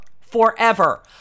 forever